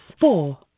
Four